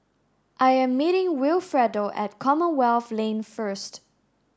I am meeting Wilfredo at Commonwealth Lane first